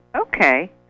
okay